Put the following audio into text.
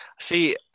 See